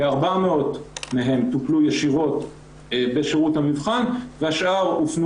כ-400 מהם טופלו ישירות בשירות המבחן והשאר הופנו